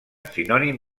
sinònim